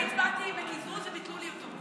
אני הצבעתי בקיזוז וביטלו לי את ההצבעה.